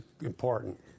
important